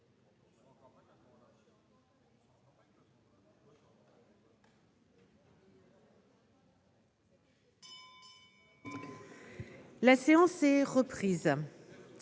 La séance est reprise.